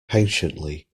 patiently